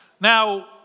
Now